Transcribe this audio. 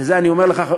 וזה אני אומר לך,